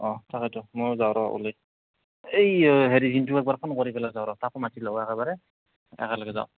অ' তাকেইতো মইও যাওঁ ৰ ওলাই এই হেৰি তাকো মাতি একেলগে যাওঁ